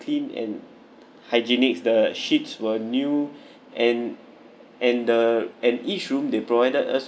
clean and hygienic the sheets were new and and the and each room they provided us